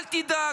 אל תדאג.